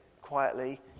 quietly